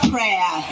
Prayer